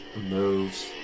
moves